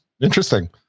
interesting